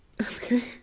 Okay